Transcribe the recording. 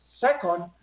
Second